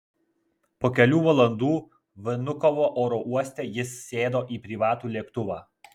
po kelių valandų vnukovo oro uoste jis sėdo į privatų lėktuvą